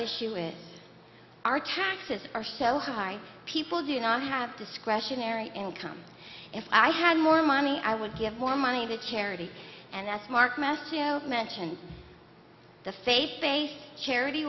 issue is our taxes are so high people do not have discretionary income if i had more money i would give more money to charity and that's marc mast you mentioned the faith based charity